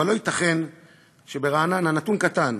אבל לא ייתכן שברעננה, נתון קטן,